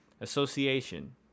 association